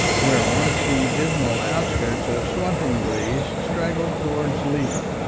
where once the dismal outskirts of swathinglea straggled toward leet,